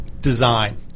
design